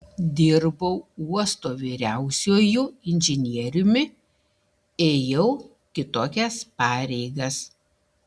dirbau uosto vyriausiuoju inžinieriumi ėjau kitokias pareigas